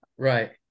Right